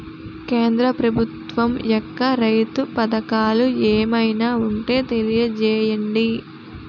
కేంద్ర ప్రభుత్వం యెక్క రైతు పథకాలు ఏమైనా ఉంటే తెలియజేయండి?